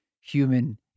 human